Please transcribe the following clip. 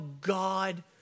God